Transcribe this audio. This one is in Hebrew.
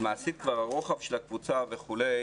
אז מעשית כבר הרוחב של הקבוצה וכולי,